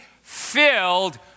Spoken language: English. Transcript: filled